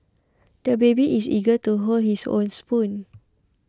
the baby is eager to hold his own spoon